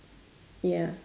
ya